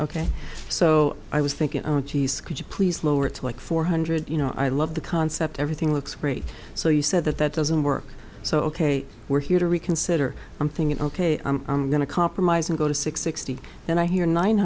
ok so i was thinking geez could you please lower it like four hundred you know i love the concept everything looks great so you said that that doesn't work so ok we're here to reconsider i'm thinking ok i'm going to compromise and go to six sixty and i hear nine